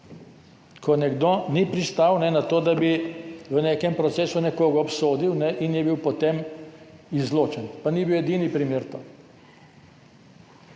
ko nekdo ni pristal na to, da bi v nekem procesu nekoga obsodil, in je bil potem izločen. Pa to ni bil edini primer.